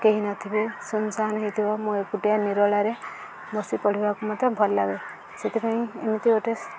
କେହିନଥିବେ ଶୂନଶାନ୍ ହୋଇଥିବ ମୁଁ ଏକୁଟିଆ ନିରୋଳାରେ ବସି ପଢ଼ିବାକୁ ମୋତେ ଭଲ ଲାଗେ ସେଥିପାଇଁ ଏମିତି ଗୋଟେ